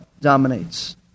dominates